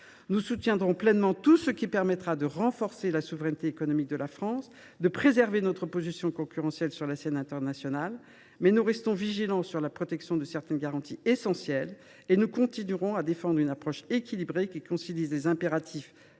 Nous soutiendrons pleinement tout ce qui permettra de renforcer la souveraineté économique de la France et de préserver sa position concurrentielle sur la scène internationale, mais nous resterons vigilants quant à la protection de certaines garanties essentielles. Nous continuerons également à défendre une approche équilibrée, conciliant les impératifs